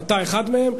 אתה אחד מהם,